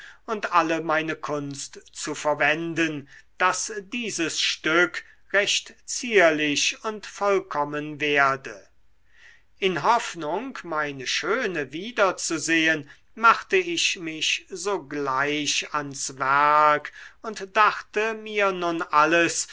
und alle meine kunst zu verwenden daß dieses stück recht zierlich und vollkommen werde in hoffnung meine schöne wiederzusehen machte ich mich sogleich ans werk und dachte mir nun alles